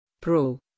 Pro